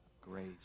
grace